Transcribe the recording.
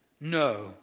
No